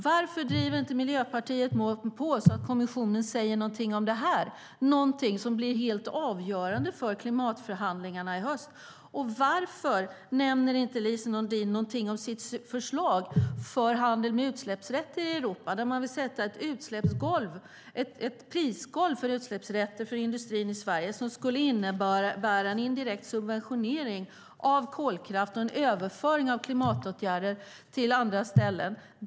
Varför driver inte Miljöpartiet på så att kommissionen säger något om detta, något som blir helt avgörande för klimatförhandlingarna i höst? Och varför nämner inte Lise Nordin om sitt förslag för handel med utsläppsrätter i Europa, där man vill sätta ett prisgolv för utsläppsrätter för industrin i Sverige som skulle innebära en indirekt subventionering av kolkraft och en överföring av klimatåtgärder till andra ställen?